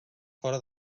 fora